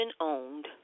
owned